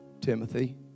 Timothy